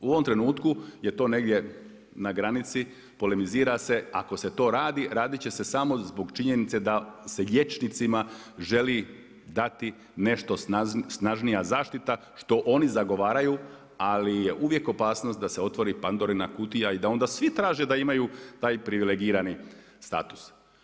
U ovom trenutku je to negdje na granici polemizira se, ako se to radi, raditi će se samo zbog činjenice da se liječnicima želi dati nešto snažnija zaštita što oni zagovaraju ali je uvijek opasnost da se otvori Pandorina kutija i da onda svi traže da imaju taj privilegirani status.